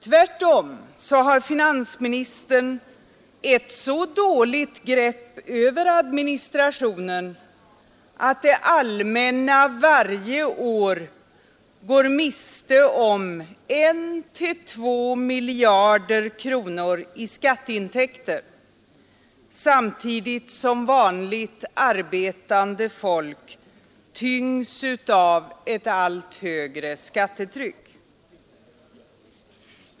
Tvärtom har finansministern ett så dåligt grepp över administrationen att det allmänna varje år går miste om 1—2 miljarder kronor i skatteintäkter samtidigt som vanligt arbetande folk tyngs av ett allt högre skattetryck.